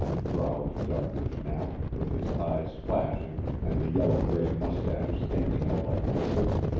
growled doddridge knapp, with his eyes flashing and the yellow-gray mustache standing out like bristles.